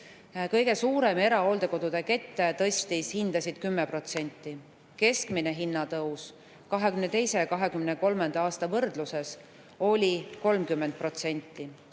Kõige suurem erahooldekodude kett tõstis hindasid 10%. Keskmine hinnatõus 2022. ja 2023. aasta võrdluses oli 30%,